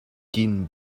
gin